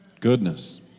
Goodness